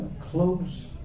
close